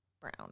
brown